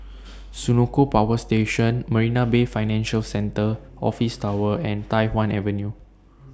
Senoko Power Station Marina Bay Financial Centre Office Tower and Tai Hwan Avenue